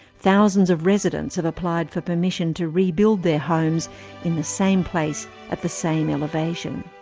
thousands of residents have applied for permission to rebuild their homes in the same place at the same elevation.